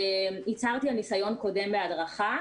הצהרתי על ניסיון קודם בהדרכה.